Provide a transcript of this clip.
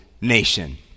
nation